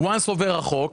אחרי שעובר החוק.